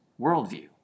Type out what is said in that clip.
worldview